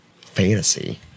fantasy